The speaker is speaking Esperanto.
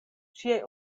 ŝiaj